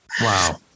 Wow